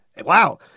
Wow